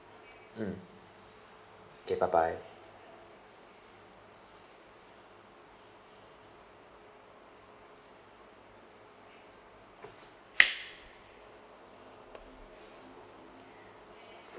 mm okay bye bye